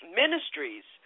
ministries